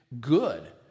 good